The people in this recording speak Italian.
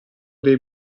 dei